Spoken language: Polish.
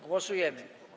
Głosujemy.